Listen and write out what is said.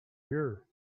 here